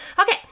Okay